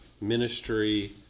Ministry